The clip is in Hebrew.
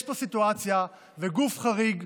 יש פה סיטואציה וגוף חריג,